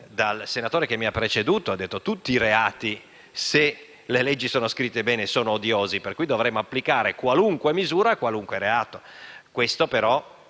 dal senatore che mi ha preceduto, tutti i reati, se le leggi sono scritte bene, sono odiosi, per cui si dovrebbe applicare qualunque misura a qualunque reato,